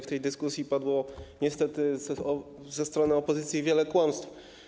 W tej dyskusji padło niestety ze strony opozycji wiele kłamstw.